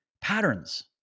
patterns